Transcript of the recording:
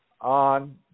on